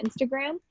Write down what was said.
Instagram